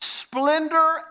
splendor